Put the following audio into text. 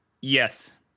yes